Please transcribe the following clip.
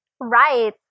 Right